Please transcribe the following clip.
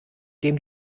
dem